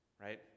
right